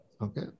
Okay